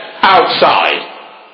outside